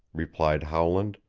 replied howland,